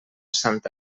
santa